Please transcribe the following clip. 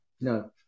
No